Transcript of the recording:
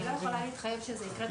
אני לא יכולה להתחייב שזה יקרה תוך חודש.